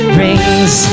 rings